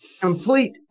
Complete